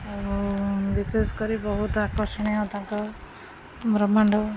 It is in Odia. ଆଉ ବିଶେଷ କରି ବହୁତ ଆକର୍ଷଣୀୟ ତାଙ୍କ ବ୍ରହ୍ମାଣ୍ଡ